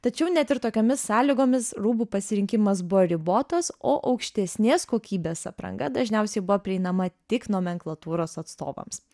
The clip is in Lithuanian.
tačiau net ir tokiomis sąlygomis rūbų pasirinkimas buvo ribotos o aukštesnės kokybės apranga dažniausiai buvo prieinama tik nomenklatūros atstovams